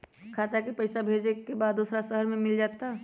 खाता के पईसा भेजेए के बा दुसर शहर में मिल जाए त?